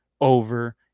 over –